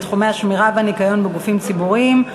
בתחומי השמירה והניקיון בגופים ציבוריים,